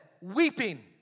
weeping